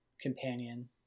companion